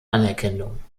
anerkennung